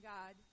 God